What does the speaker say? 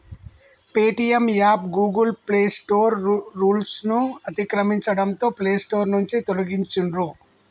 Paytm app Google play store రూల్స్ను అతిక్రమించడంతో play store నుంచి తొలగించిర్రు